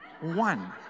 one